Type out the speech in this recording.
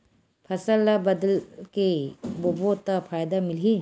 फसल ल बदल के बोबो त फ़ायदा मिलही?